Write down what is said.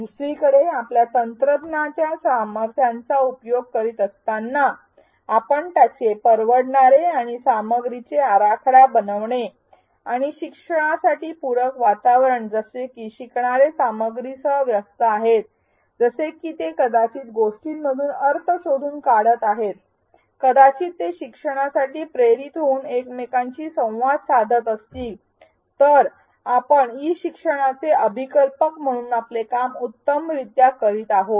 दुसरीकडे आपण तंत्रज्ञानाच्या सामर्थ्याचा उपयोग करीत असल्यास आपण त्याचे परवडणारे आणि सामग्रीचे आराखडा बनवणे आणि शिक्षणासाठी पूरक वातावरण जसे की शिकणारे सामग्रीसह व्यस्त आहेत जसे की ते कदाचित गोष्टींमधून अर्थ शोधून काढत आहेत कदाचित ते शिकण्यासाठी प्रेरित होऊन एकमेकांशी संवाद साधत असतील तर आपण ई शिक्षणाचे अभिकल्पक म्हणून आपले काम उत्तमरित्या करत आहोत